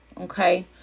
okay